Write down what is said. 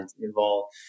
involved